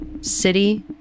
city